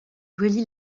relie